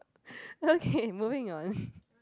okay moving on